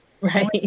Right